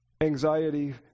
anxiety